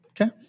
Okay